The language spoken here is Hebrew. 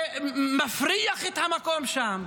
ומפריח את המקום שם,